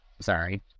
Sorry